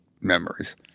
memories